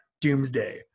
Doomsday